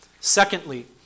Secondly